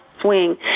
swing